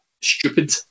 stupid